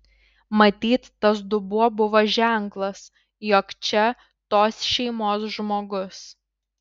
matyt tas dubuo buvo ženklas jog čia tos šeimos žmogus